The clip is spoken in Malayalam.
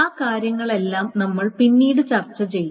ആ കാര്യങ്ങളെല്ലാം നമ്മൾ പിന്നീട് ചർച്ച ചെയ്യും